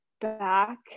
back